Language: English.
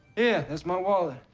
yeah, that's my wallet.